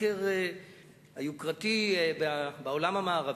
סקר יוקרתי בעולם המערבי.